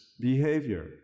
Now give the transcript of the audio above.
behavior